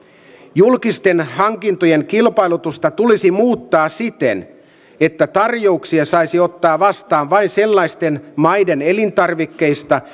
julkisten hankintojen kilpailutusta tulisi muuttaa siten että tarjouksia saisi ottaa vastaan vain sellaisten maiden elintarvikkeista